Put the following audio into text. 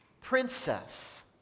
princess